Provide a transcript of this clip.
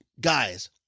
guys